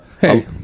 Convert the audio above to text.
hey